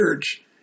Church